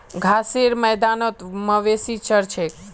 घासेर मैदानत मवेशी चर छेक